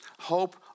Hope